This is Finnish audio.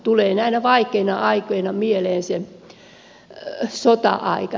tulee näinä vaikeina aikoina mieleen se sota aika